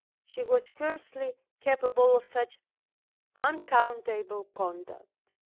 she was scarcely capable of such unaccountable conduct.